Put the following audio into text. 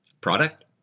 product